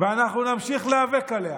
ואנחנו נמשיך להיאבק עליה.